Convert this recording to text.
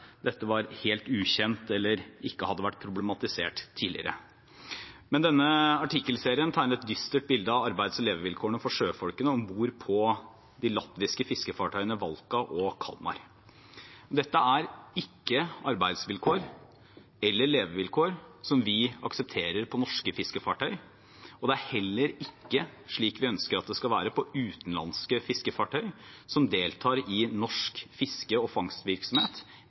dette var helt ukjent eller ikke hadde vært problematisert tidligere. Denne artikkelserien tegner et dystert bilde av arbeids- og levevilkårene for sjøfolkene om bord på de latviske fiskefartøyene «Valka» og «Kalmar». Dette er ikke arbeidsvilkår eller levevilkår vi aksepterer på norske fiskefartøy, og det er heller ikke slik vi ønsker det skal være på utenlandske fiskefartøy som deltar i norsk fiske- og fangstvirksomhet,